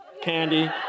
candy